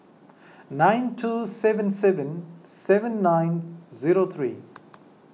nine two seven seven seven nine zero three